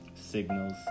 Signals